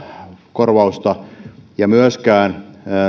korvausta tai myöskään